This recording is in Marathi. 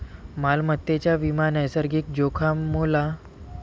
मालमत्तेचा विमा नैसर्गिक जोखामोला गोपनीयता देखील देतो